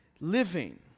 living